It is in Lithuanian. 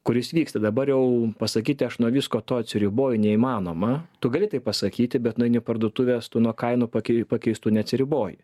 kuris vyksta dabar jau pasakyti aš nuo visko to atsiriboju neįmanoma tu gali tai pasakyti bet nueini į parduotuves tu nuo kainų pakei pakeistų neatsiriboji